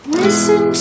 listen